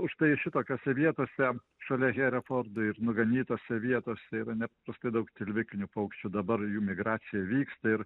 užtai šitokiose vietose šalia herefordų ir nuganytose vietose yra nepaprastai daug tilvikinių paukščių dabar jų migracija vyksta ir